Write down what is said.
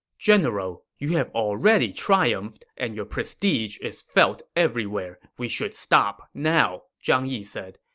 general, you have already triumphed and your prestige is felt everywhere we should stop now, zhang yi said.